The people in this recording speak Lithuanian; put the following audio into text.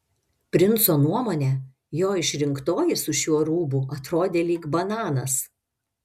princo nuomone jo išrinktoji su šiuo rūbu atrodė lyg bananas